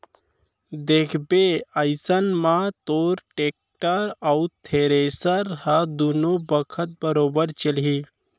देखबे अइसन म तोर टेक्टर अउ थेरेसर ह दुनों बखत बरोबर चलही